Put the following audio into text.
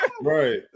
Right